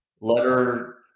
letter